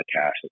cash